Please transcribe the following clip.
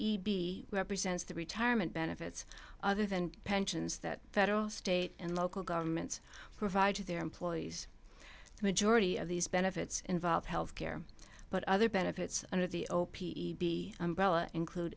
p represents the retirement benefits other than pensions that federal state and local governments provide to their employees the majority of these benefits involve health care but other benefits under the old umbrella include